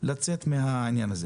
מן הבעיות שלה.